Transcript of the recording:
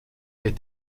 est